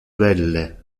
belle